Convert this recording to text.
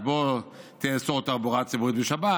אז בוא תאסור תחבורה ציבורית בשבת.